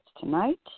tonight